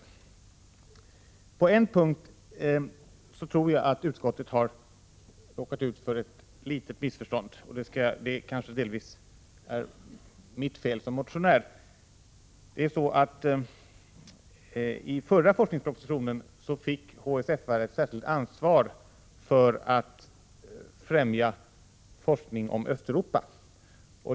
57 På en punkt tror jag att utskottet har råkat ut för ett litet missförstånd, och det kanske delvis är mitt fel som motionär. I den förra forskningspropositionen fick HSFR ett särskilt ansvar för att främja forskning om Östeuropa.